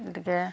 গতিকে